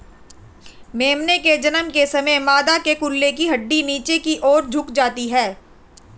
मेमने के जन्म के समय मादा के कूल्हे की हड्डी नीचे की और झुक जाती है